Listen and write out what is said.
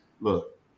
Look